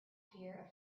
fear